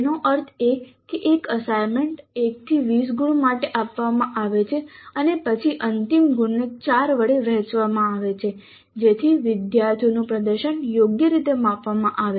તેનો અર્થ એ કે એક અસાઇનમેન્ટ 1 20 ગુણ માટે આપવામાં આવે છે અને પછી અંતિમ ગુણને 4 વડે વહેંચવામાં આવે છે જેથી વિદ્યાર્થીઓનું પ્રદર્શન યોગ્ય રીતે માપવામાં આવે